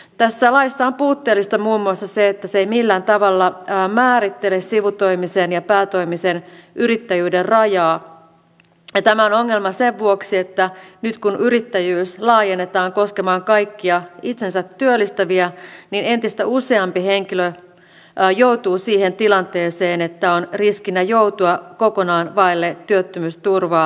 tässä laissa on puutteellista muun muassa se että se ei millään tavalla määrittele sivutoimisen ja päätoimisen yrittäjyyden rajaa ja tämä on ongelma sen vuoksi että nyt kun yrittäjyys laajennetaan koskemaan kaikkia itsensätyöllistäjiä niin entistä useampi henkilö joutuu siihen tilanteeseen että on riskinä joutua kokonaan vaille työttömyysturvaa